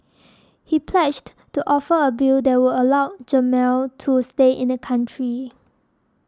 he pledged to offer a bill that would allow Jamal to stay in the country